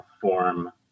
form